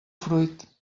fruit